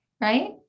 Right